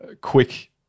quick